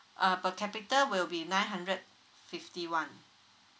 uh per capita will be nine hundred fifty one